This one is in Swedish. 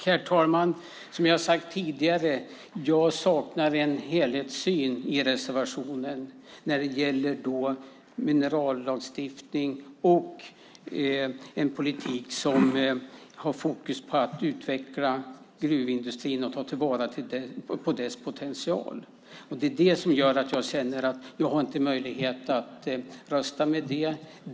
Herr talman! Som jag har sagt tidigare: Jag saknar en helhetssyn i reservationen när det gäller minerallagstiftning och en politik som har fokus på att utveckla gruvindustrin och ta till vara dess potential. Det är det som gör att jag känner att jag inte har möjlighet att rösta med er.